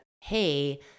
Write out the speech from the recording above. hey